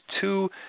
two